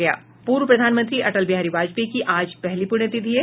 पूर्व प्रधानमंत्री अटल बिहारी वाजपेयी की आज पहली पुण्यतिथि है